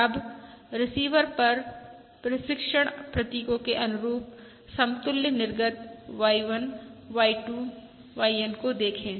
अब रिसीवर पर प्रशिक्षण प्रतीकों के अनुरूप समतुल्य निर्गत Y1 Y2 YN को देखें